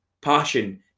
passion